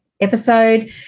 episode